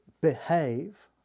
behave